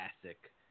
classic